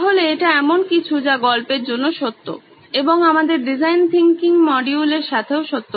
সুতরাং এটি এমন কিছু যা গল্পের জন্য সত্য এবং আমাদের ডিজাইন থিংকিং মডিউলের সাথেও সত্য